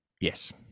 yes